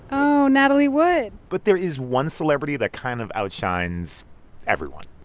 oh, natalie wood but there is one celebrity that kind of outshines everyone